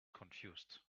confused